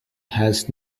has